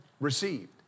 received